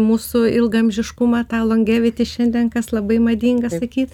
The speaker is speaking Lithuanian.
mūsų ilgaamžiškumą tą longeviti šiandien kas labai madinga sakyt